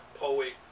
poet